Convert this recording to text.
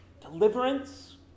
deliverance